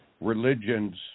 religions